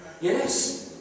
Yes